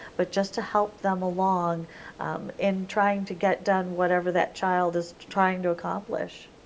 but just to help them along in trying to get done whatever that child is trying to accomplish.